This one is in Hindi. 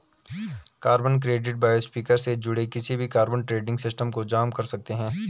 कार्बन क्रेडिट बायोस्फीयर से जुड़े किसी भी कार्बन ट्रेडिंग सिस्टम को जाम कर सकते हैं